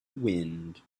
wind